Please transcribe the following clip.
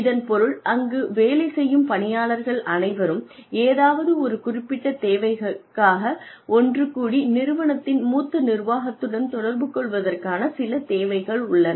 இதன் பொருள் அங்கு வேலை செய்யும் பணியாளர்கள் அனைவரும் ஏதாவது ஒரு குறிப்பிட்ட தேவைக்காக ஒன்றுகூடி நிறுவனத்தின் மூத்த நிர்வாகத்துடன் தொடர்பு கொள்வதற்கான சில தேவைகள் உள்ளன